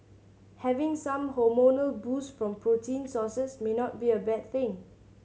having some hormonal boost from protein sources may not be a bad thing